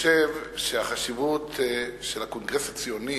החשיבות של הקונגרס הציוני,